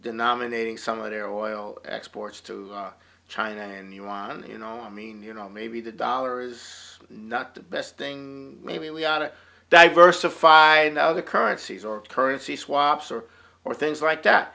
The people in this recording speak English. denominating some of their oil exports to china and iran and you know i mean you know maybe the dollars not the best thing maybe we ought to diversify and other currencies or currency swaps or or things like that